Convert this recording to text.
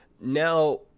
Now